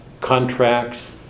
contracts